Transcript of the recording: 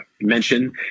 mention